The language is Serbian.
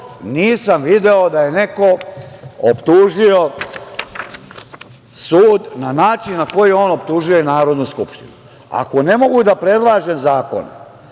nisam video da je neko optužio sud na način na koji on optužuje Narodnu skupštinu. Ako ne mogu da predlažem zakone,